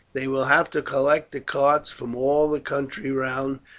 they will have to collect the carts from all the country round,